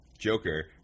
Joker